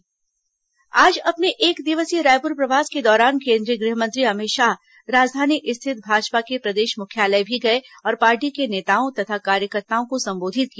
अमित शाह भाजपा आज अपने एकदिवसीय रायपुर प्रवास के दौरान केंद्रीय गृह मंत्री अमित शाह राजधानी स्थित भाजपा के प्रदेश मुख्यालय भी गए और पार्टी के नेताओं तथा कार्यकर्ताओं को संबोधित किया